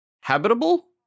habitable